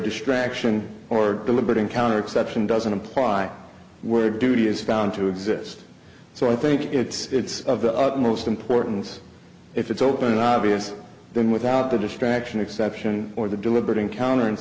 distraction or deliberate encounter exception doesn't apply where duty is found to exist so i think it's of the utmost importance if it's open obvious then without the distraction exception or the deliberate encounter